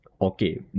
Okay